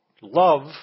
love